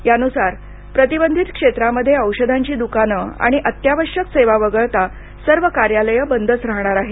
यानुसार प्रतिबंधित क्षेत्रांमध्ये औषधाची द्कानं आणि अत्यावश्यक सेवा वगळता सर्व कार्यालये बंदच राहणार आहेत